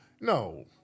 No